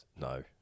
no